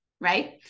right